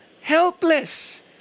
helpless